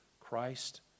Christ